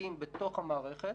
פוגעים בתוך המערכת,